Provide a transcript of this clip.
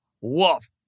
woof